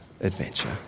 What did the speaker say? adventure